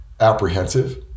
apprehensive